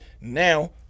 Now